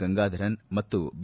ಗಂಗಾಧರನ್ ಮತ್ತು ಬಿ